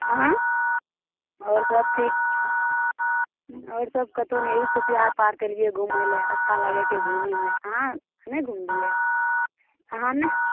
अहाँ आओर सब ठीक छै आओर सब कतहु ने अही खुशियात पार्क एलियै घुमय लए अच्छा लागय छै घुमयमे अहाँ नहि घुमलियै अहाँ नहि